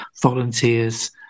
volunteers